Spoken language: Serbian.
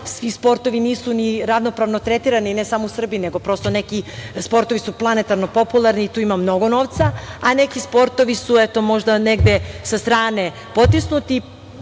svi sportovi nisu ni ravnopravno tretirani ne samo u Srbiji, nego prosto neki sportovi su planetarno popularni i tu ima mnogo novca, a neki sportovi su možda negde sa strane potisnuti,